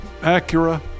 Acura